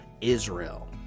Israel